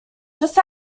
just